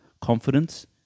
confidence